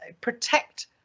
protect